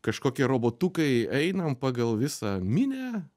kažkokie robotukai einam pagal visą minią